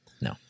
no